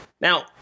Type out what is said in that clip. Now